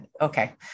Okay